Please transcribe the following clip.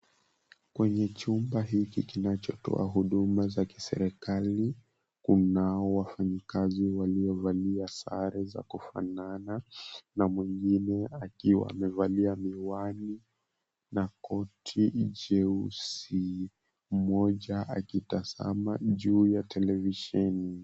Kwenye chumba hiki kinachotoa huduma za serikali kunao wafanyikazi waliovalia sare za kufanana, na mwingine akiwa amevalia miwani na koti jeusi. Mmoja akitazama juu ya televisheni.